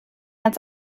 ganz